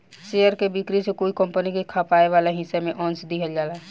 share के बिक्री से कोई कंपनी के खपाए वाला हिस्सा में अंस दिहल जाला